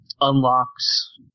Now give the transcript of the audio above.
unlocks